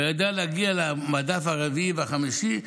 הוא היה יודע להגיע למדף הרביעי והחמישי,